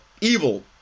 evil